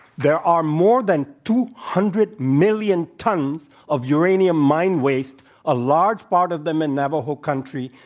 there are more than two hundred million tons of uranium mine waste a large part of them in navajo country.